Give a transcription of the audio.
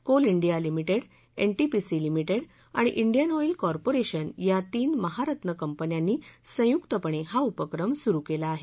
Coal India limited NTPC limited आणि Indian oil corporation या तीन महारत्न कंपन्यांनी संयुक्तपणे हा उपक्रम सुरू केला आहे